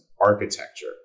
architecture